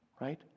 right